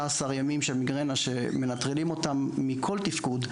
ימים של מיגרנה שמנטרלים אותם מכל תפקוד,